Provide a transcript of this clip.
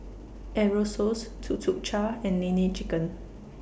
Aerosoles Tuk Tuk Cha and Nene Chicken